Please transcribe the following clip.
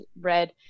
red